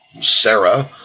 Sarah